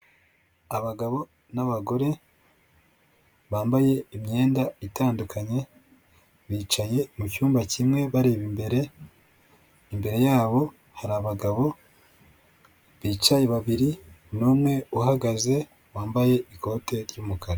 Abagabo n'abagore bambaye imyenda itandukanye, bicaye mu cyumba kimwe bareba imbere, imbere yabo hari abagabo bicaye babiri n'umwe uhagaze wambaye ikote ry'umukara.